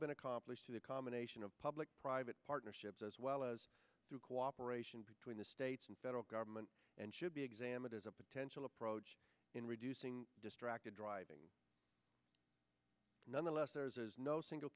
been accomplished with a combination of public private partnerships as well as through cooperation between the states and federal government and should be examined as a potential approach in reducing distracted driving nonetheless there is no single